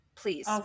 Please